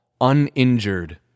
uninjured